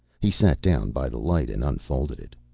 he sat down by the light and unfolded it.